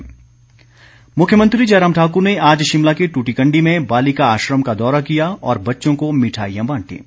मुख्यमंत्री मुख्यमंत्री जयराम ठाकुर ने आज शिमला के टूटीकंडी में बालिका आश्रम का दौरा किया और बच्चों को मिठाईयां बांटीं